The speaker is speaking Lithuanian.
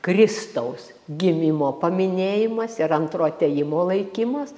kristaus gimimo paminėjimas ir antro atėjimo laikymas